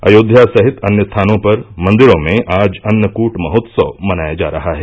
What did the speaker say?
अयोध्या सहित अन्य कई स्थानों पर मंदिरो में आज अन्नकूट महोत्सव मनाया जा रहा है